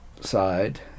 side